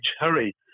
hurry